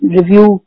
review